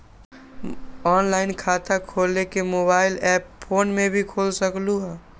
Online खाता खोले के मोबाइल ऐप फोन में भी खोल सकलहु ह?